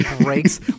breaks